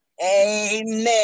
amen